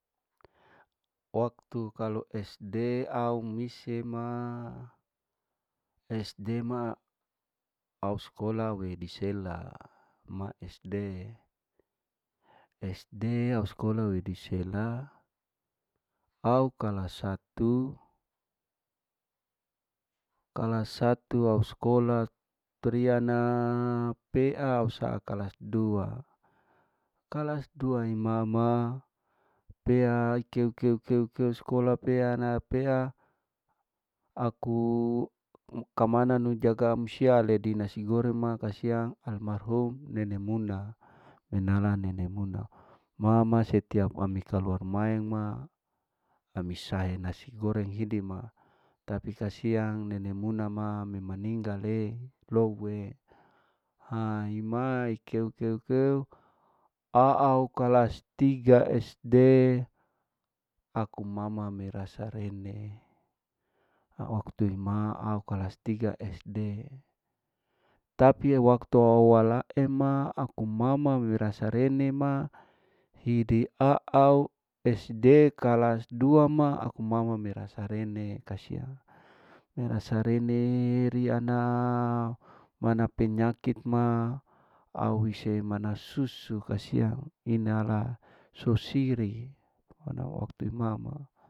Waktu kalau sd au misie ma sd ma au skola ma disela ma sd, sd aw skola widisela au kalas satu, kalas satu au skola triana pea usaa kalas dua kalas dua imama pea ikeu keu keu keu pea na pea aku kamanu jaga amsiale dinasi goreng ma kasiang almarhum nene muna inala nene muna mama setiap ami kaluar maeng ma ami sahai nasi goreng hidi ma tapi kasiang nene muna ma ne maninggale loue haa ima ikeu keu keu aau kalas tiga sd aku mama merasa renea aku toima aku kalas tiga sd tapi waktu au walaaku ma aku mama merasa rene ma hidi aau sd kalas dua ma aku mama merasa rene kasiang. merasa rene riya na mana penyakit ma au hise mana susu kasiang inala susiri mana waktu imama.